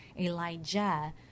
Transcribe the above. Elijah